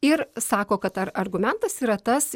ir sako kad ar argumentas yra tas